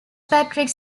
patrick